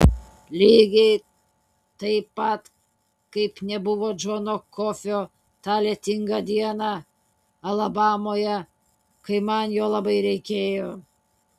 lygiai taip pat kaip nebuvo džono kofio tą lietingą dieną alabamoje kai man jo labai reikėjo